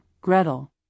Gretel